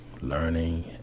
learning